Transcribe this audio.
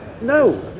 no